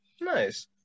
Nice